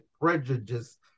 prejudice